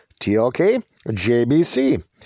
TLKJBC